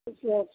पुछि लै छी